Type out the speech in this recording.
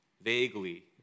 vaguely